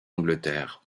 angleterre